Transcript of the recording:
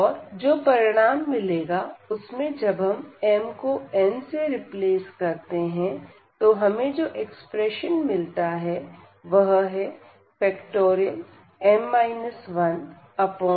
और जो परिणाम मिलेगा उसमें जब हम m को n से रिप्लेस करते हैं तो हमें जो एक्सप्रेशन मिलता है वह है m 1